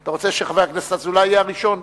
אתה רוצה שחבר הכנסת אזולאי יהיה הראשון?